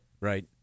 Right